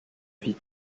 vie